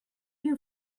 you